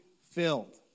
filled